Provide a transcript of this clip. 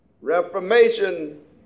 reformation